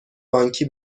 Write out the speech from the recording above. بانکی